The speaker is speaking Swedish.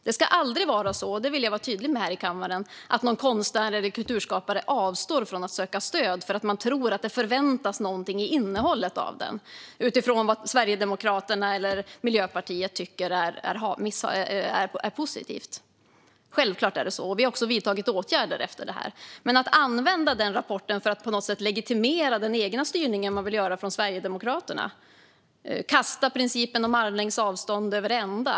Det ska aldrig vara så - och det vill jag vara tydlig med här i kammaren - att någon konstnär eller kulturskapare avstår från att söka stöd för att den tror att det förväntas någonting i innehållet av den utifrån vad Sverigedemokraterna eller Miljöpartiet tycker är positivt. Självklart är det så. Vi har också vidtagit åtgärder efter det. Men man använder rapporten för att på något sätt legitimera den egna styrningen man vill göra från Sverigedemokraterna. Man kastar principen om armlängds avstånd över ända.